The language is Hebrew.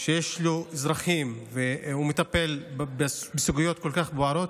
שיש לו אזרחים והוא מטפל בסוגיות כל כך בוערות,